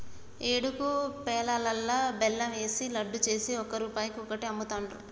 ఏకుడు పేలాలల్లా బెల్లం ఏషి లడ్డు చేసి ఒక్క రూపాయికి ఒక్కటి అమ్ముతాండ్రు